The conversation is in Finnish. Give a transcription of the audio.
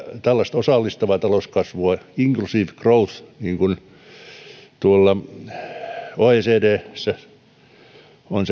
tällaista osallistavaa talouskasvua inc usive growth niin kuin tuolla oecdssä on